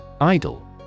Idle